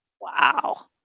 Wow